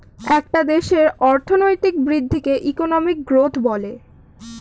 একটা দেশের অর্থনৈতিক বৃদ্ধিকে ইকোনমিক গ্রোথ বলে